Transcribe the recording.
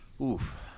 Oof